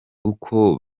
uko